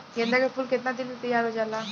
गेंदा के फूल केतना दिन में तइयार हो जाला?